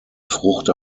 frucht